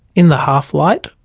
in the half-light,